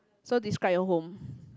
so describe your home